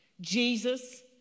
Jesus